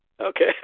Okay